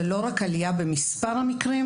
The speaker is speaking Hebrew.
ולא רק עלייה במספר המקרים,